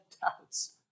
doubts